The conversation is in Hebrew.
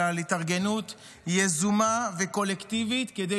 אלא על התארגנות יזומה וקולקטיבית כדי